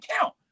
count